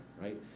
right